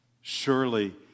Surely